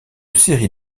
série